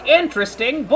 interesting